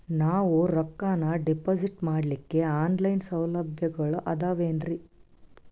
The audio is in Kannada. ನಾವು ರೊಕ್ಕನಾ ಡಿಪಾಜಿಟ್ ಮಾಡ್ಲಿಕ್ಕ ಆನ್ ಲೈನ್ ಸೌಲಭ್ಯಗಳು ಆದಾವೇನ್ರಿ?